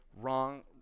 wrong